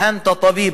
לַם יֻכְּרַמַא.